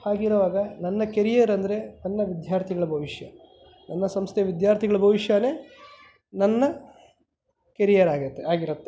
ಹಾಗಿರುವಾಗ ನನ್ನ ಕೆರಿಯರ್ ಅಂದರೆ ನನ್ನ ವಿದ್ಯಾರ್ಥಿಗಳ ಭವಿಷ್ಯ ನನ್ನ ಸಂಸ್ಥೆ ವಿದ್ಯಾರ್ಥಿಗಳ ಭವಿಷ್ಯವೇ ನನ್ನ ಕೆರಿಯರ್ ಆಗುತ್ತೆ ಆಗಿರುತ್ತೆ